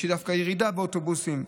יש דווקא ירידה באוטובוסים,